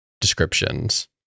descriptions